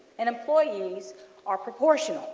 and employees are proportion.